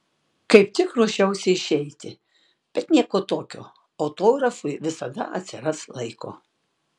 kaip tik ruošiausi išeiti bet nieko tokio autografui visada atsiras laiko